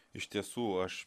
iš tiesų aš